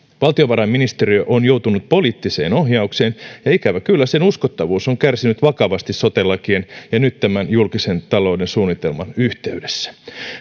valtiovarainministeriö on joutunut poliittiseen ohjaukseen ja ikävä kyllä sen uskottavuus on kärsinyt vakavasti sote lakien ja nyt tämän julkisen talouden suunnitelman yhteydessä